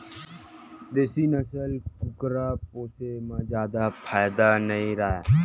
देसी नसल के कुकरा पोसे म जादा फायदा नइ राहय